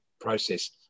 process